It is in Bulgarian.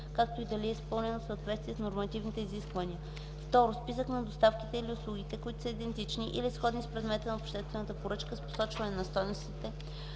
както и дали е изпълнено в съответствие с нормативните изисквания; 2. списък на доставките или услугите, които са идентични или сходни с предмета на обществената поръчка, с посочване на стойностите,